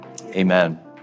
Amen